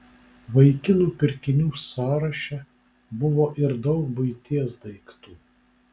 vaikinų pirkinių sąraše buvo ir daug buities daiktų